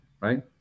right